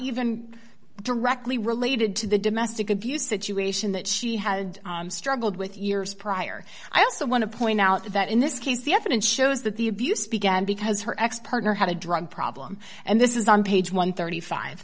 even directly related to the domestic abuse situation that she had struggled with years prior i also want to point out that in this case the evidence shows that the abuse began because her ex partner had a drug problem and this is on page one